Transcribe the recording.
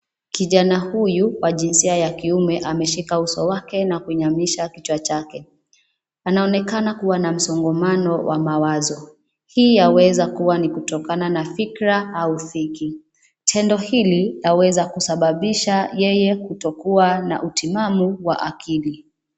Kijana huyu wa jinsia ya kiume, ameshika uso wake na kuinamisha kichwa chake. Anaonekana kuwa na msongamano wa mawazo. Hii yaweza kuwa ni kutokana na fikra au dhiki. Tendo hili laweza kusababisha yeye kutokuwa na utimamu wa akili.